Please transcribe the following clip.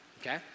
okay